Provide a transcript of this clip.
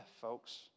folks